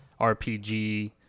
rpg